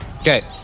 Okay